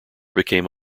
became